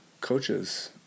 coaches